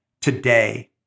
today